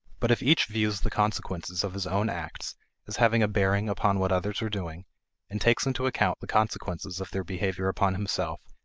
but if each views the consequences of his own acts as having a bearing upon what others are doing and takes into account the consequences of their behavior upon himself,